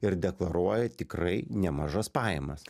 ir deklaruoja tikrai nemažas pajamas